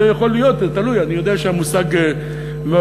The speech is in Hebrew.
זה יכול להיות, תלוי, אני יודע שהמושג מעורר